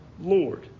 Lord